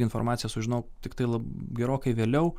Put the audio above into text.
informaciją sužinojau tiktai gerokai vėliau